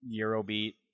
Eurobeat